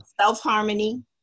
self-harmony